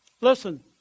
Listen